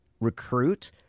recruit